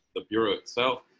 the bureau. so